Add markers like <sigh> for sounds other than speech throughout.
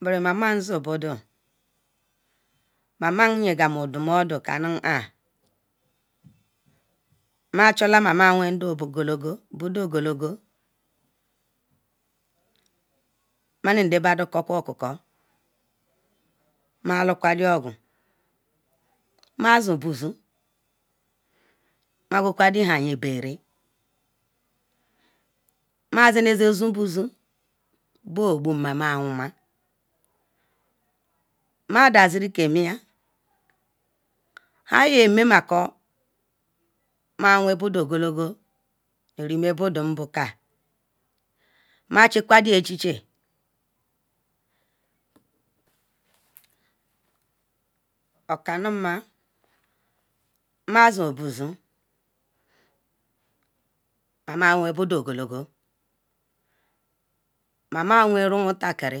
Nburu mama zi budu mama ye gam nedumades ka nu ha ma jula ma ma wene budu ogologo Ma nu nde budu kuku oku oku ma alagadiogu Ma subuzu ma gowo ma ye berera ma seneze sene subuzu nu bu obu maay ma wuma, ma dasiri ke mi ya hia ye micy maku ma wene budu ogoloyo nu nu rieme budu bu ka ma ethic ra de chichie <hesitation> o kalu ma, ma subuzu ma ma wene budu ogologo ma mu went yumutokir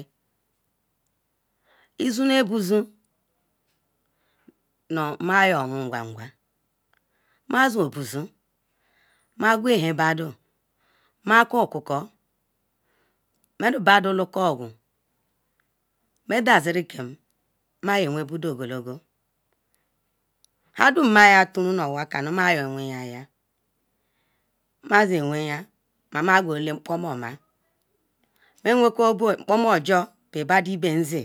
ehs sule buzu ma yor wu ganagawa ma susbuzu ma gaw ehi badu Ma ku aku ku, ma nu badu olukagu Ma dasiri kem ma yè wene budu ogloge hia dum ma ya tury nu owa ka ma ya. owor y, ma zi awona ma ma guru mpkoma ma wene ku mpkpma ju pay badu ibe zi